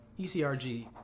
ECRG